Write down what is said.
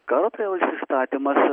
karo prievolės įstatymas